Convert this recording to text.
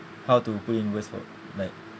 how to put in words for like